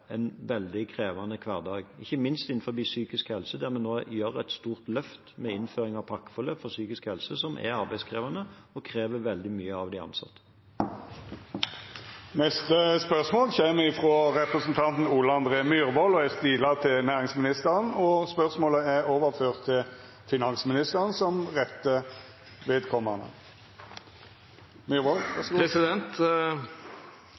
en veldig krevende hverdag, ikke minst innenfor psykisk helse. Der gjør vi nå et stort løft med innføring av pakkeforløp for psykisk helse, noe som er arbeidskrevende og krever veldig mye av de ansatte. Dette spørsmålet, frå representanten Ole André Myhrvold til næringsministeren, er overført til finansministeren som rette vedkomande. Jeg konstaterer at næringsministeren er her, og det er